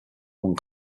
among